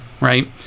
right